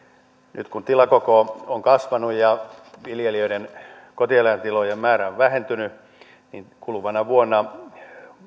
nyt kun tilakoko on kasvanut ja viljelijöiden kotieläintilojen määrä on vähentynyt niin kuluvana vuonna